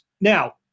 Now